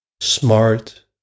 smart